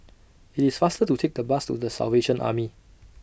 IT IS faster to Take The Bus to The Salvation Army